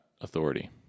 authority